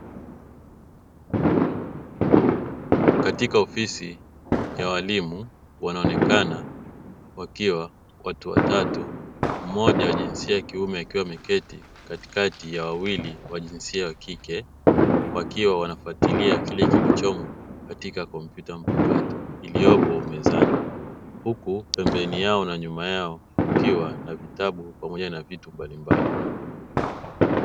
Katika ofisi ya walimu wanaonekana wakiwa watu watatu, mmoja wa jinsia ya kiume akiwa ameketi katikati ya wawili wa jinsia ya kike wakiwa wanafatilia kile kilichomo katika kompyuta mpakato iliyopo mezani huku pembeni yao na nyuma yao kukiwa na vitabu pamoja na vitu mbalimbali.